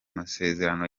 masezerano